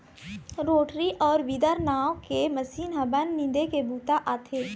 rotary अउ weeder नांव के मसीन ह बन निंदे के बूता आथे